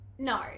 No